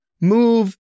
move